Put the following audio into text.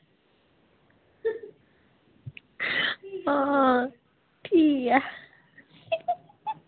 हां ठीक ऐ